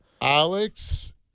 Alex